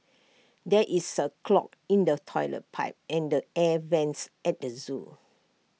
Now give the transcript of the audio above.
there is A clog in the Toilet Pipe and air Vents at the Zoo